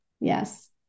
yes